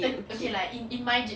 like okay like in in my